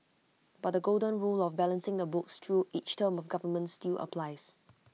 but the golden rule of balancing the books through each term of government still applies